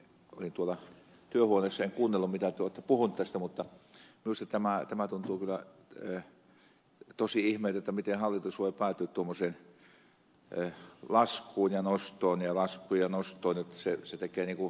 olin tuolla työhuoneessa enkä kuunnellut mitä te olette puhuneet tästä mutta minusta tämä tuntuu kyllä tosi ihmeeltä miten hallitus voi päätyä tuommoiseen laskuun ja nostoon ja laskuun ja nostoon